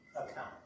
account